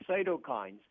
cytokines